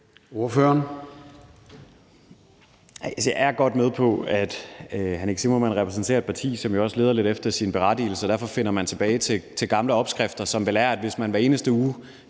jeg er godt med på, at hr. Nick Zimmermann repræsenterer et parti, som jo også leder lidt efter sin berettigelse og derfor finder tilbage til gamle opskrifter, som vel er, at hvis man hver eneste uge